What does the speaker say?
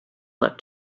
look